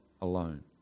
alone